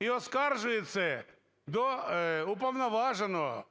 і оскаржує це до уповноваженого,